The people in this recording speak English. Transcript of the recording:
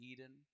Eden